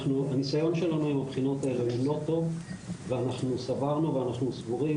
הניסיון שלנו עם הבחינות האלה הוא לא טוב ואנחנו סברנו ואנחנו סבורים